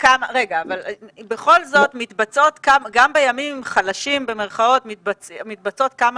בכל זאת, גם בימים חלשים מתבצעות כמה